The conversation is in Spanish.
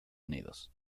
unidos